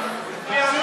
הצבעה